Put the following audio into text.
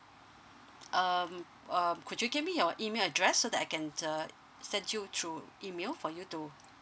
um uh could you give me your email address so that I can sent you through email for you to